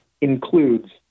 includes